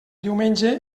diumenge